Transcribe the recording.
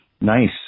Nice